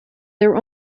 their